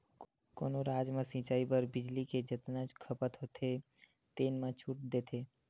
कोनो राज म सिचई बर बिजली के जतना खपत होथे तेन म छूट देथे